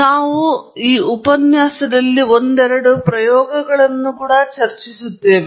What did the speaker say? ನಾವು ಈ ಉಪನ್ಯಾಸವನ್ನು ಒಂದೆರಡು ಪ್ರಯೋಗಗಳಿಂದ ಕೂಡಾ ಸುಂದರಗೊಳಿಸುತ್ತೇವೆ